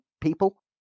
people